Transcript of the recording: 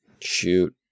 Shoot